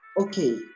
okay